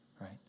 right